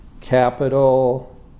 capital